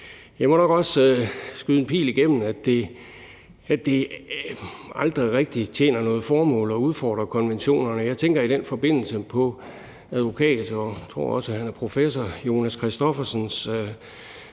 Jeg må nok også skyde en pil igennem, at det aldrig rigtig tjener noget formål at udfordre konventionerne. Jeg tænker i den forbindelse på advokat, og jeg tror også, han er professor, Jonas Christoffersens